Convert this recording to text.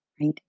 right